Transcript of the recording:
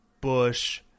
Bush